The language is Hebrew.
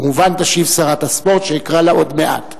כמובן תשיב שרת הספורט, שאקרא לה עוד מעט.